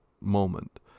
moment